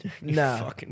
No